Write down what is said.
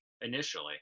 initially